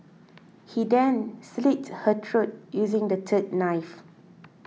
he then slit her throat using the third knife